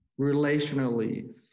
relationally